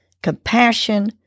compassion